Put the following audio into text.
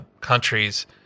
countries